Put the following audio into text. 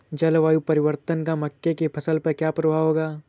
जलवायु परिवर्तन का मक्के की फसल पर क्या प्रभाव होगा?